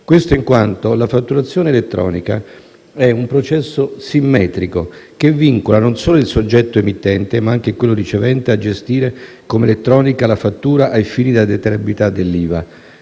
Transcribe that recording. avviene in quanto la fatturazione elettronica è un processo simmetrico che vincola non solo il soggetto emittente, ma anche quello ricevente, a gestire come elettronica la fattura ai fini della detraibilità dell'IVA.